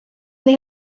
they